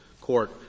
court